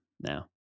now